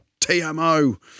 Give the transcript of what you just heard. TMO